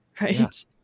right